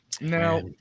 Now